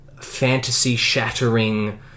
fantasy-shattering